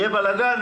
יהיה בלגן,